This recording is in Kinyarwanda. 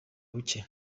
buke